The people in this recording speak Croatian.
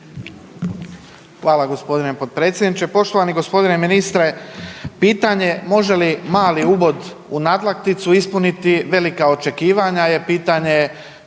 Hvala gospodine potpredsjedniče. Poštovani gospodine ministre, pitanje može li mali ubod u nadlakticu ispuniti velika očekivanja je pitanje